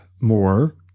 more